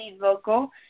vocal